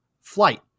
flight